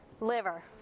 Liver